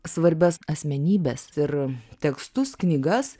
svarbias asmenybes ir tekstus knygas